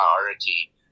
priority